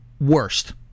Worst